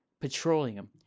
petroleum